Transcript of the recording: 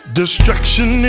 destruction